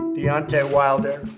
deontay wilder.